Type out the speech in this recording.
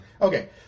Okay